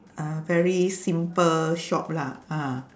a very simple shop lah ah